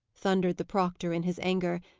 thundered the proctor, in his anger,